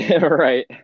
Right